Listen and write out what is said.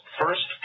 first